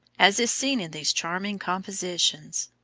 as is seen in these charming compositions.